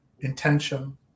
intention